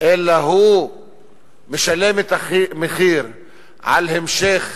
אלא הוא משלם את המחיר על המשך